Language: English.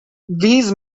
these